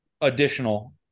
additional